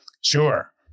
Sure